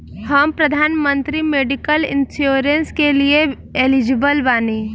हम प्रधानमंत्री medical insurance के लिए एलिजिबल बानी?